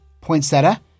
poinsettia